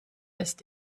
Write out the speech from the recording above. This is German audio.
ist